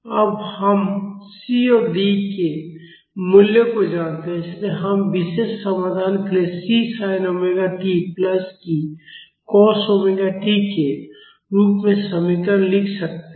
अब हम C और D के मूल्यों को जानते हैं इसलिए हम विशेष समाधान के लिए C sin omega t plus D cos omega T के रूप में समीकरण लिख सकते हैं